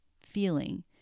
feeling